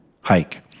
hike